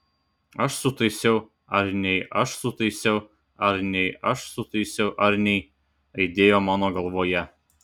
aš sutaisiau ar nei aš sutaisiau ar nei aš sutaisiau ar nei aidėjo mano galvoje